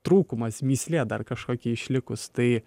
trūkumas mįslė dar kažkokia išlikus tai